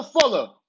Fuller